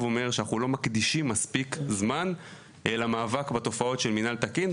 אומר שאנחנו לא מקדישים מספיק זמן למאבק בתופעות של מינהל תקין.